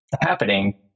happening